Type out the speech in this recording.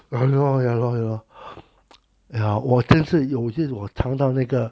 !hannor! ya lor ya lor ya 我真是有些我尝到那个